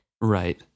Right